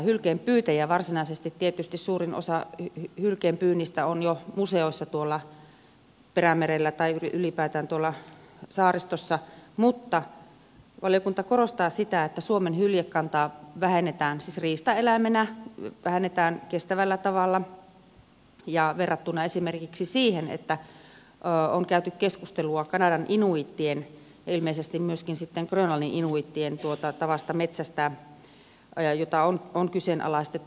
varsinaisesti tietysti suurin osa hylkeenpyynnistä on jo museoissa tuolla perämerellä tai ylipäätään tuolla saaristossa mutta valiokunta korostaa sitä että suomen hyljekantaa vähennetään siis riistaeläimenä kestävällä tavalla verrattuna esimerkiksi siihen että on käyty keskustelua kanadan inuiittien ja ilmeisesti myöskin sitten grönlannin inuiittien tavasta metsästää jota on kyseenalaistettu